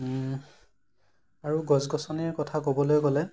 আৰু গছ গছনিৰ কথা ক'বলৈ গ'লে